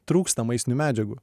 trūksta maistinių medžiagų